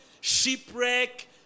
shipwreck